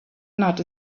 not